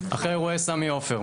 אחרי אירועי סמי עופר.